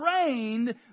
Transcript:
trained